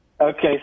Okay